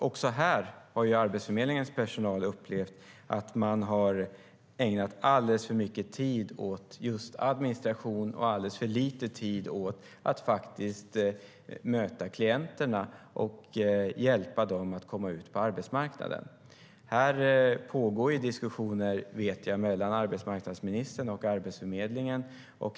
Också Arbetsförmedlingens personal har upplevt att de ägnat alldeles för mycket tid åt administration och alldeles för lite tid åt att möta klienterna och hjälpa dem att komma ut på arbetsmarknaden. Här pågår diskussioner, vet jag, mellan arbetsmarknadsministern och Arbetsförmedlingen.